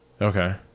Okay